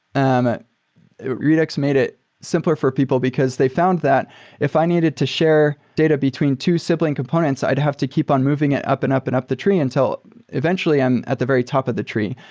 ah redux made it simpler for people because they found that if i needed to share data between two sibling components, i'd have to keep on moving it up and up and up the tree until eventually i'm at the very top of the tree.